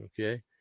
okay